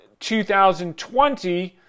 2020